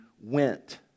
went